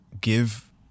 give